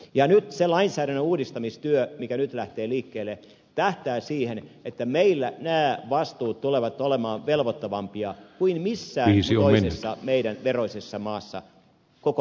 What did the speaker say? nyt se lainsäädännön uudistamistyö mikä nyt lähtee liikkeelle tähtää siihen että meillä nämä vastuut tulevat olemaan velvoittavampia kuin missään toisessa meidän veroisessa maassa koko maailmassa